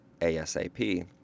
ASAP